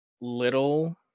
little